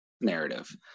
narrative